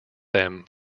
them